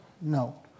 No